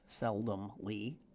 seldomly